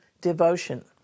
devotion